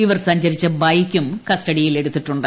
ഇവർ സഞ്ചരിച്ച ബൈക്കും കസ്റ്റഡിയിലെടുത്തിട്ടുണ്ട്